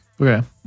Okay